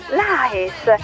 nice